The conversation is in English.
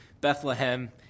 Bethlehem